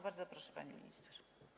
Bardzo proszę, pani minister.